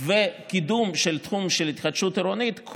וקידום של תחום ההתחדשות העירונית,